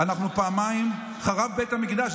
פעמיים חרב בית המקדש,